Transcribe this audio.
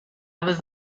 was